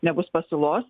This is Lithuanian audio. nebus pasiūlos